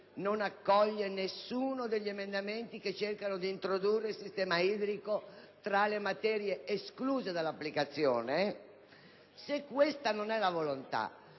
non accoglie nessuno degli emendamenti che cercano di inserire il sistema idrico tra le materie escluse dall'applicazione. Se non è questa la volontà,